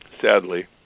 sadly